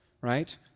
right